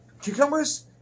cucumbers